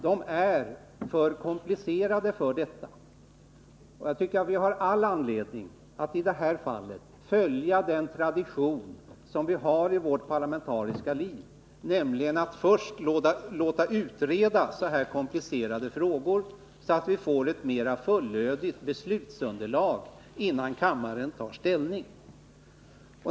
De är för komplicerade för detta. Vi har all anledning att även i detta fall följa den tradition som vi har i vårt parlamentariska liv, nämligen att först låta utreda så här komplicerade frågor, så att vi får ett mer fullödigt beslutsunderlag, innan kammaren tar ställning.